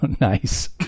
Nice